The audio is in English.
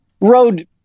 road